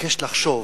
מתבקש לחשוב